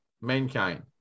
mankind